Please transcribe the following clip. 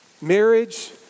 Marriage